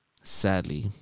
Sadly